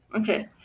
okay